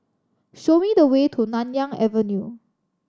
show me the way to Nanyang Avenue